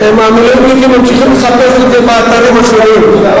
המילואימניקים ממשיכים לחפש את זה באתרים השונים.